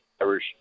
Irish